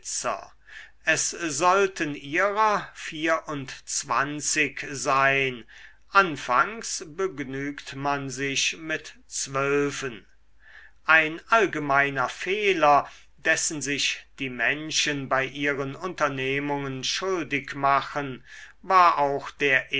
es sollten ihrer vierundzwanzig sein anfangs begnügt man sich mit zwölfen ein allgemeiner fehler dessen sich die menschen bei ihren unternehmungen schuldig machen war auch der